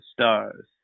stars